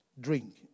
drink